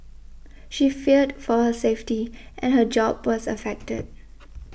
she feared for her safety and her job was affected